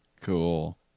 cool